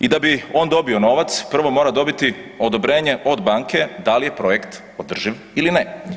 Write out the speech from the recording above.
I da bi on dobio novac prvo mora dobiti odobrenje od banke da li je projekt održiv ili ne.